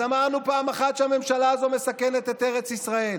אז אמרנו שהממשלה הזו מסכנת את ארץ ישראל.